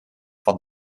van